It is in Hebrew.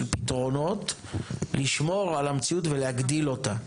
פתרונות לשמור על המציאות ולהגדיל אותה.